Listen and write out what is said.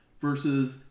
Versus